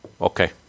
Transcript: Okay